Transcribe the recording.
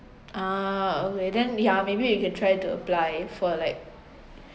ah okay then yeah maybe you can try to apply for like